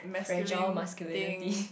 fragile masculinity